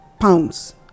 pounds